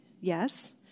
Yes